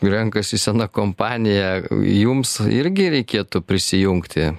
renkasi sena kompanija jums irgi reikėtų prisijungti